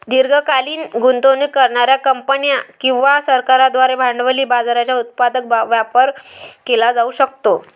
दीर्घकालीन गुंतवणूक करणार्या कंपन्या किंवा सरकारांद्वारे भांडवली बाजाराचा उत्पादक वापर केला जाऊ शकतो